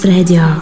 Radio